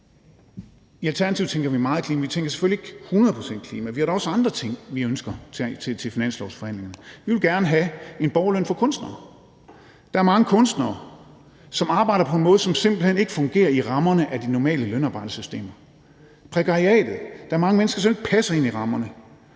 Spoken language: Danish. I Alternativet tænker vi meget i klima, men vi tænker selvfølgelig ikke hundrede procent i klima, vi har da også andre ting, vi ønsker at tage med til finanslovsforhandlingerne. Vi vil gerne have en borgerløn for kunstnere. Der er mange kunstnere, som arbejder på en måde, som simpelt hen ikke fungerer inden for rammerne af de normale lønarbejdersystemer, der er prekariatet, der er mange mennesker, som ikke passer ind i rammerne.